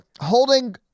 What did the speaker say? holding